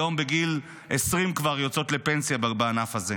היום בגיל 20 כבר יוצאות לפנסיה בענף הזה.